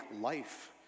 life